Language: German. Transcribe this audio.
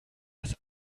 das